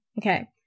Okay